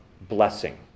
blessing